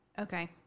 Okay